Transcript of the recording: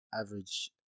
average